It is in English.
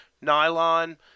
Nylon